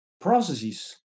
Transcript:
processes